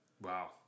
wow